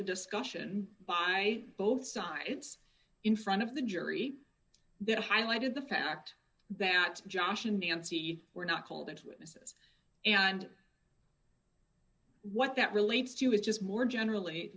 a discussion by both sides in front of the jury that highlighted the fact that josh and nancy were not told that witnesses and what that relates to is just more generally